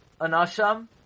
Anasham